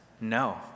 no